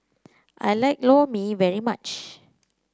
I like Lor Mee very much